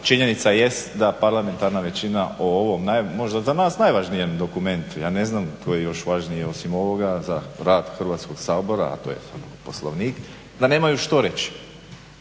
Činjenica jest da parlamentarna većina o ovom možda za nas najvažnijem dokumentu, ja ne znam koji je još važniji osim ovoga za rad Hrvatskog sabora, a to je Poslovnik, da nemaju što reći.